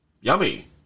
yummy